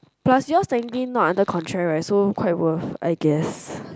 plus yours technically not under contract right so quite worth I guess